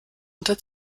unter